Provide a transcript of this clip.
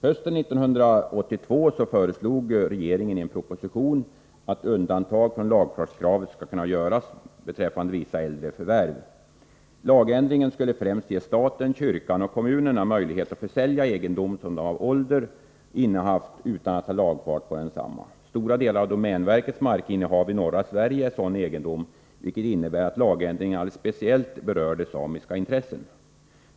Hösten 1982 föreslog regeringen i en proposition att undantag från lagfartskravet skall kunna göras vid vissa äldre förvärv av fastigheter. Lagändringen skulle främst ge staten, kyrkan och kommunerna möjlighet att försälja egendom, som de av ålder innehaft utan att ha lagfart på densamma. Stora delar av domänverkets markinnehav i norra Sverige är sådan egendom, vilket innebär att lagändringen alldeles speciellt kommit att beröra de samiska intressena.